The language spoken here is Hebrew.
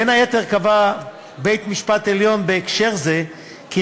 בין היתר קבע בית-המשפט העליון בהקשר זה כי